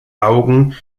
augen